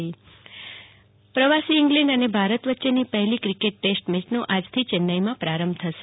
જાગૃતિ Vakil cricket પ્રવાસી England અને ભારત વચ્ચેની પહેલી ક્રિકેટ ટેસ્ટ મેયનો આજથી ચેન્નાઈમાં આરંભ થશે